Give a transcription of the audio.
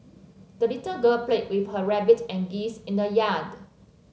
the little girl played with her rabbit and geese in the yard